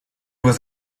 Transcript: was